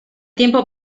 tiempo